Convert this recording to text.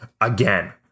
again